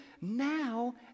now